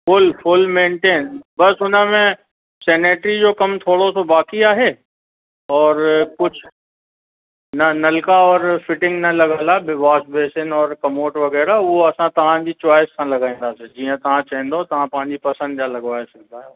full full maintain बसि हुन में सैनेट्री जो कमु थोरो सो बाक़ी आहे और कुझु न नलका और फ़िटिंग न लॻियल आहे ॿियो वाशबेसन और कमोट वग़ैरह उहो असां तव्हांजी चॉईस सां लॻाईंदासीं जीअं तव्हां चवंदव तव्हां पंहिंजी पसंदि जा लॻिवाए सघंदा आहियो